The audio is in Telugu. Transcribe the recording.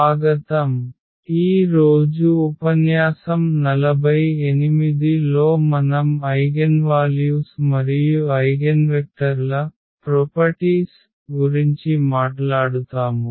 స్వాగతం ఈ రోజు ఉపన్యాసం 48 లో మనం ఐగెన్వాల్యూస్ మరియు ఐగెన్వెక్టర్ల లక్షణాల గురించి మాట్లాడుతాము